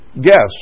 guess